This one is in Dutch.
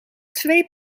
twee